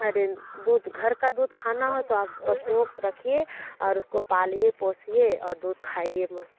और इन दूध घर का दूध का खाना हो तो आप पशुओं को रखिए और उसको पालिए पोसिए और दूध खाइए मस्त